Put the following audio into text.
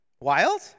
wild